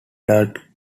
adult